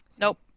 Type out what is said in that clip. Nope